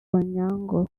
onyango